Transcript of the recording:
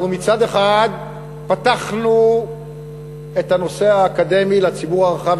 מצד אחד פתחנו את התחום האקדמי לציבור הרחב,